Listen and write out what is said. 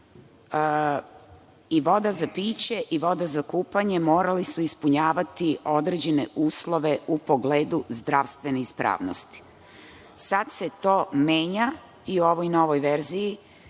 i voda za piće i voda za kupanje morali su da ispunjavaju određene uslove u pogledu zdravstvene ispravnosti. Sada se to menja i u ovoj novoj verziji